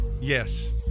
Yes